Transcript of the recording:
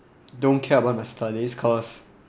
don't care about my studies cause